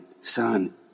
son